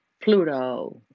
Pluto